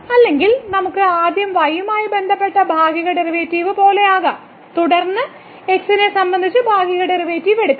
അല്ലെങ്കിൽ നമുക്ക് ആദ്യം y യുമായി ബന്ധപ്പെട്ട് ഭാഗിക ഡെറിവേറ്റീവ് പോലെയാകാം തുടർന്ന് x നെ സംബന്ധിച്ച് ഭാഗിക ഡെറിവേറ്റീവ് എടുക്കാം